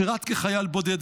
שירת כחייל בודד,